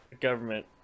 government